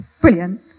brilliant